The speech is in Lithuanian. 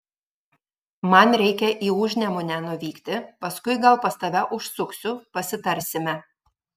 man reikia į užnemunę nuvykti paskui gal pas tave užsuksiu pasitarsime